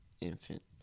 infant